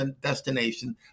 destination